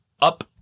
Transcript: up